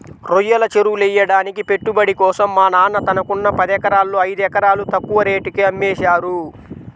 రొయ్యల చెరువులెయ్యడానికి పెట్టుబడి కోసం మా నాన్న తనకున్న పదెకరాల్లో ఐదెకరాలు తక్కువ రేటుకే అమ్మేశారు